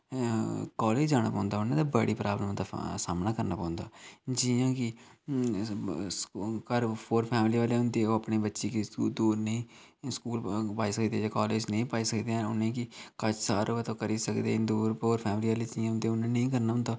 college जाना पौंदा उ'नेंगी ते बड़ियां प्राब्लमें दा सामना करना पौंदा जियां कि घर पूअर फैमली ओह्ले होंदे ओह् अपनी बच्ची गी दूर नेईं स्कूल नेईं पाई सकदे जां कालेज नेईं पाई सकदे हैन उ'नेंगी कश थाहर होऐ ते ओह् करी सकदे न पूअर फैमली आह्ले जियां होंदे उ'नें नेईं करना होंदा